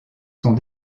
sont